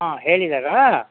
ಹಾಂ ಹೇಳಿದ್ದಾರಾ